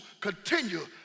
continue